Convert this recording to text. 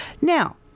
Now